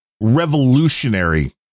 revolutionary